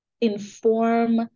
inform